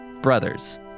brothers